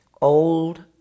Old